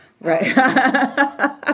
Right